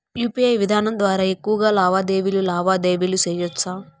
UPI విధానం ద్వారా ఎక్కువగా లావాదేవీలు లావాదేవీలు సేయొచ్చా?